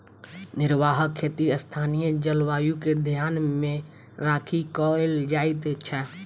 निर्वाह खेती स्थानीय जलवायु के ध्यान मे राखि क कयल जाइत छै